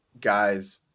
guys